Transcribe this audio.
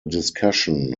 discussion